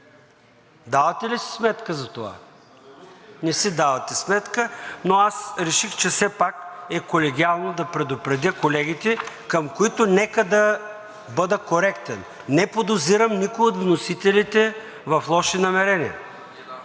Давате ли си сметка за това? Не си давате сметка. Но аз реших, че все пак е колегиално да предупредя колегите, към които нека да бъда коректен – не подозирам никой от вносителите в лоши намерения.